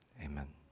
amen